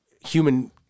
human